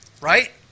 right